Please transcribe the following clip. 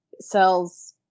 Sells